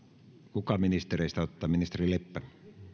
kuka ministereistä ottaa ministeri leppä